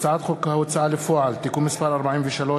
הצעת חוק ההוצאה לפועל (תיקון מס' 43),